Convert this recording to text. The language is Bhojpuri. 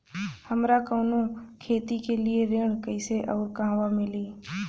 हमरा कवनो खेती के लिये ऋण कइसे अउर कहवा मिली?